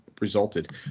resulted